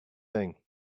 thing